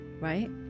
Right